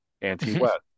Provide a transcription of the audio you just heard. anti-West